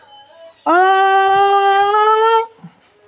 गव्हाला पाणी देण्यासाठी मी कोणती मोटार वापरू शकतो?